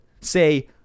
say